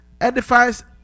edifies